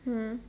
mm